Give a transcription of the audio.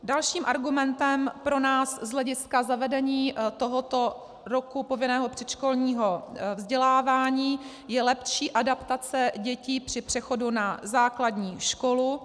Dalším argumentem pro nás z hlediska zavedení tohoto roku povinného předškolního vzdělávání je lepší adaptace dětí při přechodu na základní školu.